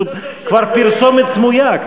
זאת כבר פרסומת סמויה,